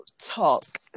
talk